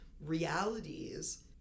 realities